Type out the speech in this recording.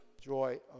joy